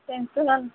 pencil